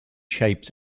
shapes